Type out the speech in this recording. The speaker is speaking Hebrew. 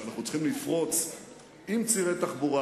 ואנחנו צריכים לפרוץ עם צירי תחבורה,